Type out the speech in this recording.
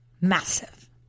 massive